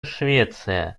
швеция